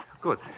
Good